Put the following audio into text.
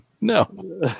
No